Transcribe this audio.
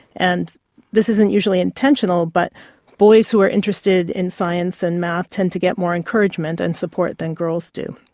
and this isn't usually intentional. but boys who are interested in science and math tend to get more encouragement and support than girls do,